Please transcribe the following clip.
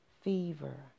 fever